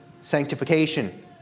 sanctification